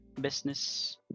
business